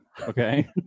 okay